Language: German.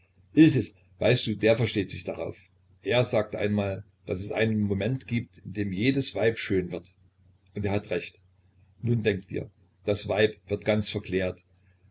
weißt du der versteht sich darauf er sagte einmal daß es einen moment gibt in dem jedes weib schön wird und er hat recht nun denk dir das weib wird ganz verklärt